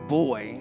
boy